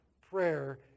prayer